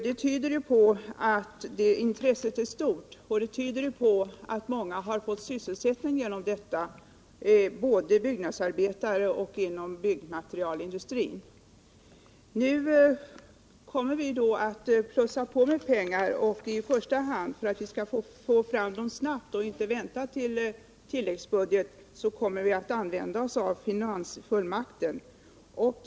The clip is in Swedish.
Det tyder på att intresset är stort och på att många har fått sysselsättning med hjälp av dessa pengar — både byggnadsarbetare och arbetare inom byggnadsmaterialindustrin. Nu kommer vi att anslå ytterligare pengar. I första hand kommer vi, för att få fram pengar snabbt och inte behöva vänta på det som kommer via tilläggsbudgeten, att använda oss av finansfullmakten.